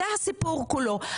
זה הסיפור כולו.